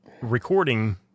recording